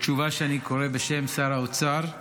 התשובה שאני קורא בשם שר האוצר: